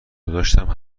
گذاشتم